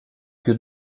più